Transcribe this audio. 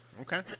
Okay